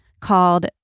called